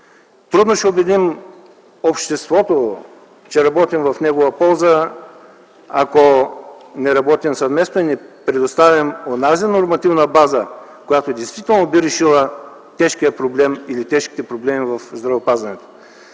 Трудно ще убедим обществото, че работим в негова полза, ако не работим съвместно и не предоставим онази нормативна база, която действително би решила тежките проблеми в здравеопазването.